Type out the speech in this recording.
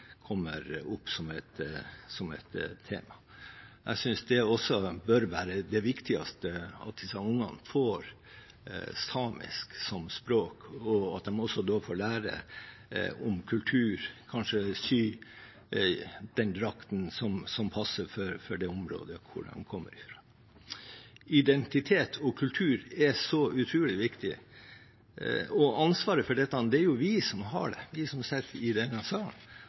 kommer opp som et tema. Jeg synes det viktigste bør være at disse ungene får samisk som språk, og at de også da får lære om kultur og kanskje sy den drakten som passer for det området de kommer fra. Identitet og kultur er så utrolig viktig, og ansvaret for dette er det jo vi som har, vi som sitter i denne salen,